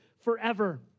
forever